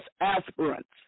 aspirants